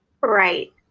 Right